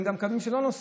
גם קווים שלא נוסעים,